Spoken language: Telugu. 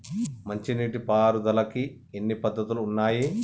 మంచి నీటి పారుదలకి ఎన్ని పద్దతులు ఉన్నాయి?